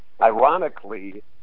ironically